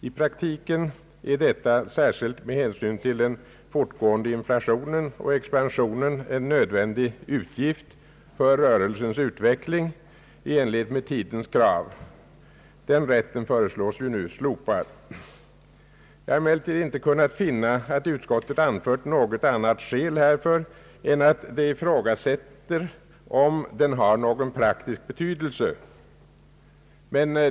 I praktiken är detta, särskilt med hänsyn till den fortgående inflationen och expansionen, en nödvändig utgift för rörelsens utveckling i enlighet med tidens krav. Den rätten föreslås nu slopad. Jag har emellerlertid inte kunnat finna att utskottet anfört något annat skäl härför än att det ifrågasätter om denna rätt har någon praktisk betydelse.